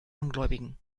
ungläubigen